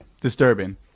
disturbing